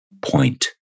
point